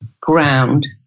ground